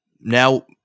now